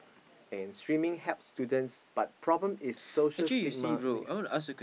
and streaming helps students but problem is social stigma